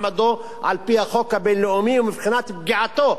החוק הבין-לאומי ומבחינת פגיעתו בעם הפלסטיני.